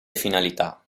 finalità